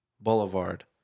Boulevard